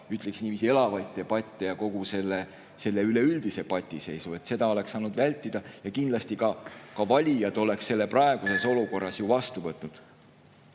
ütleksin niiviisi, elavaid debatte ja kogu selle üleüldise patiseisu. Seda oleks saanud vältida ja kindlasti ka valijad oleks praeguses olukorras selle ju vastu võtnud.